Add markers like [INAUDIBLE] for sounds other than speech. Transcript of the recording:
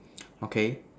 [NOISE] okay